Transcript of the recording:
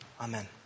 Amen